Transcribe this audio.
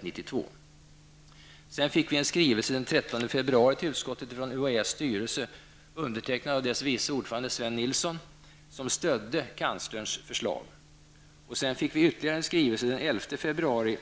Den 13 februari fick vi till utskottet en skrivelse från UHÄs styrelse, undertecknad av dess vice ordförande Sven Nilsson, som stödde kanslerns förslag. Sedan fick vi den 11 februari